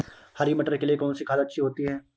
हरी मटर के लिए कौन सी खाद अच्छी होती है?